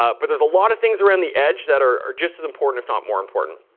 ah but there's a lot of things around the edge that are are just as important, if not more important.